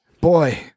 boy